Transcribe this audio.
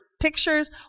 pictures